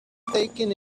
taking